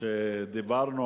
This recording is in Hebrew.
שדיברנו